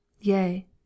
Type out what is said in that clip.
yea